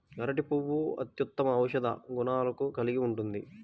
అరటి పువ్వు అత్యుత్తమ ఔషధ గుణాలను కలిగి ఉంటుంది